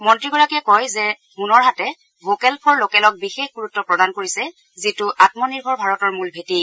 মন্ত্ৰীগৰাকীয়ে কয় যে হুনৰ হাটে ভকেল ফৰ লকেলক বিশেষ গুৰত্ব প্ৰদান কৰিছে যিটো আমনিৰ্ভৰ ভাৰতৰ মূল ভেটি